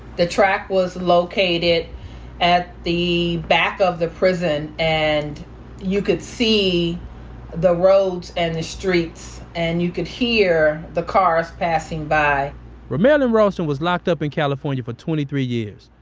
the track was located at the back of the prison and you could see the roads and the streets and you could hear the cars passing by romarilyn ralson was locked up in california for twenty three years.